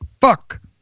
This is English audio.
Fuck